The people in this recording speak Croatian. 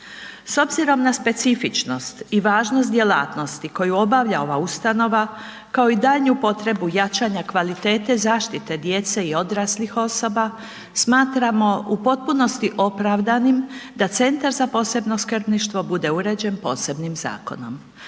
S obzirom na specifičnost i važnost djelatnosti koju obavlja ova ustanova kao i daljnju potrebu jačanja kvalitete zaštite djece i odraslih osoba smatramo u potpunosti opravdanim da Centar za posebno skrbništvo bude uređen posebnim zakonom.